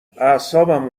اعصابم